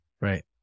Right